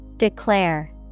Declare